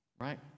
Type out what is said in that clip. right